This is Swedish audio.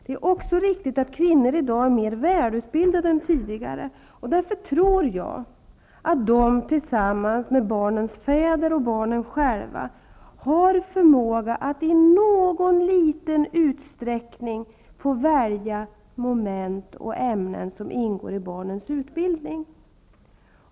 Det är också riktigt att kvinnor i dag är mer välutbildade än tidigare. Därför tror jag att de tillsammans med barnens fäder och barnen själva har förmåga att i någon liten utsträckning välja vilka moment och ämnen som skall ingå i barnens utbildning.